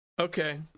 okay